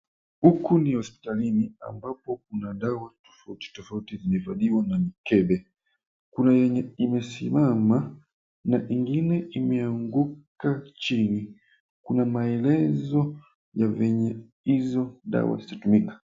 Huku ni hospitalini ambako kuna dawa tofauti tofauti zilizohifadhiwa na mikebe, kuna yenye imesimama na ingine imeanguka chini, kuna maelezo ya zenye hizo dawa zitatumika.